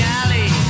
alley